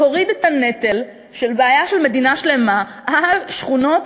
להוריד את הנטל של בעיה של מדינה שלמה על שכונות,